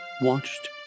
watched